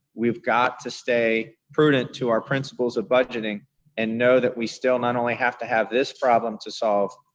we've got to stay prudent to our principles of budgeting and know that we still not only have to have this problem to solve,